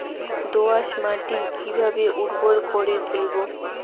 দোয়াস মাটি কিভাবে উর্বর করে তুলবো?